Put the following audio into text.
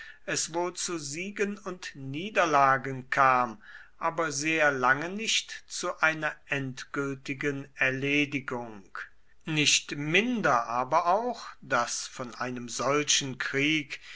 es wohl zu siegen und niederlagen kam aber sehr lange nicht zu einer endgültigen erledigung nicht minder aber auch saß von einem solchen krieg